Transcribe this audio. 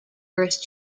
earth